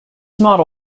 model